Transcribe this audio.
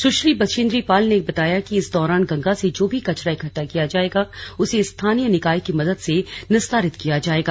सुश्री बछेंद्री पाल ने बताया कि इन दौरान गंगा से जो भी कचरा इकट्ठा किया जाएगा उसे स्थानीय निकाय की मदद से निस्तारित किया जाएगा